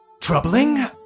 troubling